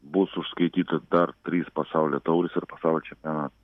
bus užskaityta dar trys pasaulio taurės ir pasaulio čempionatai